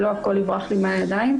שלא הכול יברח לי מהידיים,